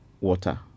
water